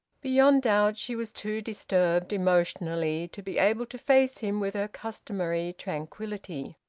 beyond doubt, she was too disturbed, emotionally, to be able to face him with her customary tranquillity.